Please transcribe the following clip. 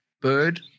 bird